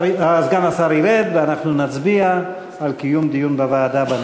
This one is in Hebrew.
סגן השר ירד ואנחנו נצביע על קיום דיון בוועדה בנושא.